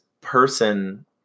person